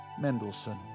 Mendelssohn